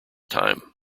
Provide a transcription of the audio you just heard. time